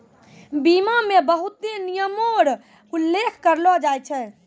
बीमा मे बहुते नियमो र उल्लेख करलो जाय छै